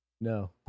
No